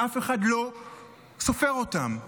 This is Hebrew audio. ואף אחד לא סופר אותם.